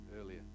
earlier